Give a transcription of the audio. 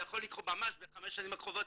זה יכול לקרות ממש בחמש השנים הקרובות